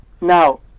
Now